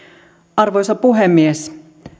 arvoisa puhemies